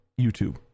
YouTube